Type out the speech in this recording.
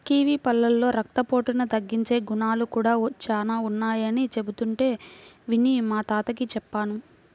kiwi పళ్ళలో రక్తపోటును తగ్గించే గుణాలు కూడా చానా ఉన్నయ్యని చెబుతుంటే విని మా తాతకి చెప్పాను